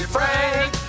Frank